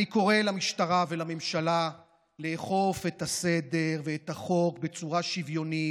אני קורא למשטרה ולממשלה לאכוף את הסדר ואת החוק בצורה שוויונית.